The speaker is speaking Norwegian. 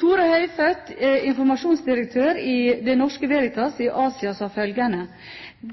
Tore Høifødt, informasjonsdirektør i Det Norske Veritas i Asia, mener